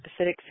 acidic